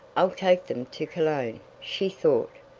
i'll take them to cologne, she thought.